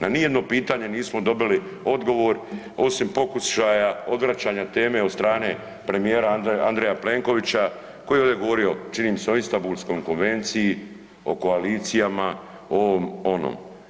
Na nijedno pitanje nismo dobili odgovor osim pokušaja odvraćanja teme od strane premijera Andreja Plenkovića koji je ovde govorio, čini mi se, o Istambulskoj konvenciji, o koalicijama, ovom, onom.